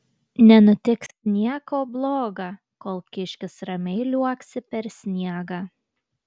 nenutiks nieko bloga kol kiškis ramiai liuoksi per sniegą